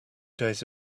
days